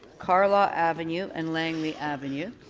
karla avenue and langley avenue.